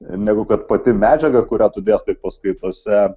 negu kad pati medžiaga kurią tu dėstai paskaitose